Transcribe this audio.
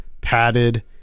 padded